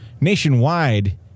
nationwide